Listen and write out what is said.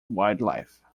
wildlife